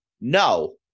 No